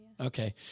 Okay